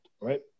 right